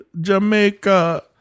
Jamaica